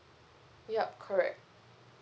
yup correct